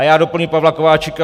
A doplním Pavla Kováčika.